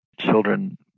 children